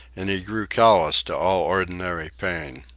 and he grew callous to all ordinary pain.